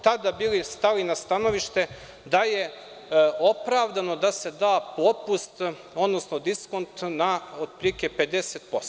Tada smo stali na stanovište da je opravdano da se da popust, odnosno diskont otprilike na 50%